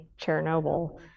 Chernobyl